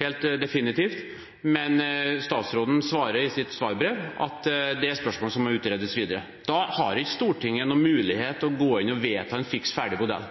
helt definitivt, men statsråden sier i sitt svarbrev at det er et spørsmål som må utredes videre. Da har ikke Stortinget noen mulighet til å gå inn og vedta en fiks ferdig modell,